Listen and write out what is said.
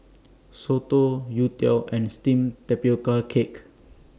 Soto Youtiao and Steamed Tapioca Cake